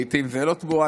לעיתים זה לא תמורת,